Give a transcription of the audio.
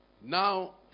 Now